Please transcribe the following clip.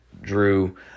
drew